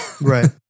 Right